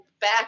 back